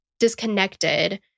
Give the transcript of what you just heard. disconnected